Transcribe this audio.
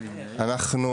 הצבעה אושרה.